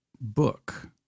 book